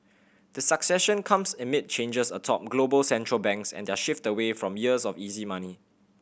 the succession comes amid changes atop global Central Banks and their shift away from years of easy money